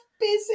busy